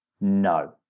No